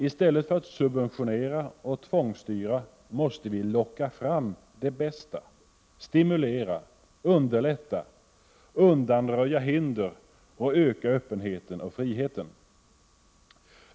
Istället för att subventionera och tvångsstyra måste vi locka fram det bästa, stimulera, underlätta, undanröja hinder och öka öppenheten och friheten.